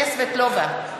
(קוראת בשמות חברי הכנסת) איילת נחמיאס ורבין,